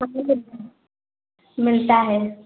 तो मिलता है